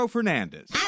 Fernandez